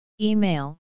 Email